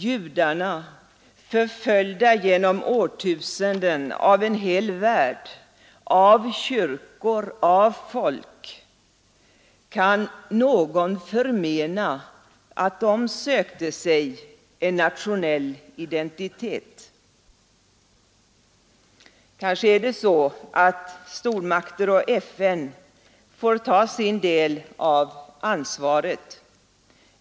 Judarna, förföljda under årtusenden av en hel värld, av kyrkor, av folk — kan någon förmena dem att söka sig en nationell identitet? Kanske är det så att stormakter och FN får ta sin del av ansvaret.